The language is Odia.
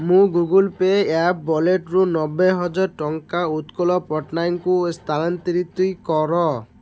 ମୋ ଗୁଗଲ୍ ପେ ଆପ୍ ୱାଲେଟ୍ରୁ ନବେ ହଜାର ଟଙ୍କା ଉତ୍କଳ ପଟ୍ଟନାୟକଙ୍କୁ ସ୍ଥାନାନ୍ତରିତ କର